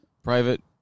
Private